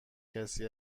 کسی